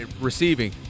receiving